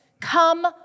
come